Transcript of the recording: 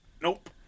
Nope